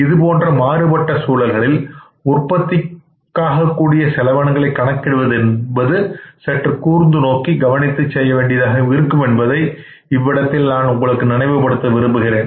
இது போன்ற மாறுபட்ட சூழல்களில் உற்பத்திக்காகக் கூடிய செலவினங்களை கணக்கிடுவது என்பது சற்று கூர்ந்து நோக்கி கவனித்துச் செய்ய வேண்டியதாக இருக்கும் என்பதை இவ்விடத்தில் நான் உங்களுக்கு நினைவுபடுத்த விரும்புகிறேன்